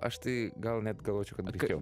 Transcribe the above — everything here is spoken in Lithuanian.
aš tai gal net galvočiau kad greičiau